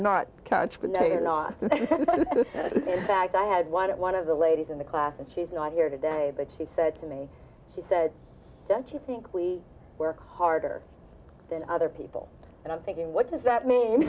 you're not back i had one at one of the ladies in the class and she's not here today but she said to me she said don't you think we work harder than other people and i'm thinking what does that mean